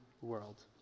world